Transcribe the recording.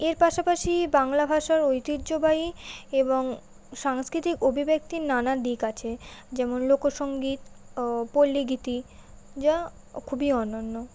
এর পাশাপাশি বাংলা ভাষার ঐতিহ্যবাহী এবং সাংস্কৃতিক অভিব্যক্তির নানা দিক আছে যেমন লোকসঙ্গীত ও পল্লীগীতি যা খুবই অনন্য